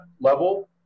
level